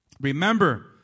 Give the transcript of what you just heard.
remember